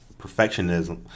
perfectionism